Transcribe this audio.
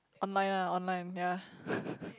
online ah online ya